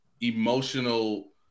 emotional